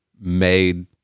made